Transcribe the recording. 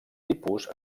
tipus